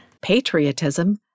patriotism